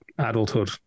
Adulthood